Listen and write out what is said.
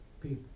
people